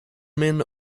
men